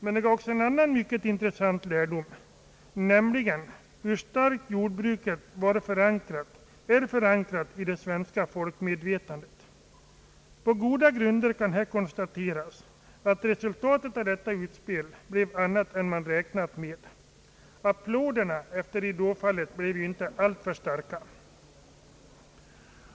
Men det gav också en annan mycket intres sant lärdom, nämligen hur starkt jordbruket är förankrat i det svenska folkmedvetandet. På goda grunder kan här konstateras, att resultatet av detta utspel blev ett annat än man räknat med. Applåderna efter ridåfallet blev inte alltför starka.